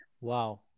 Wow